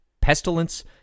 pestilence